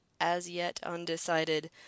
as-yet-undecided